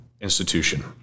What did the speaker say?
institution